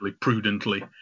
prudently